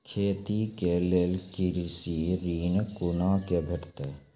खेती के लेल कृषि ऋण कुना के भेंटते?